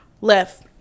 left